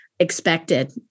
expected